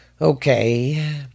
Okay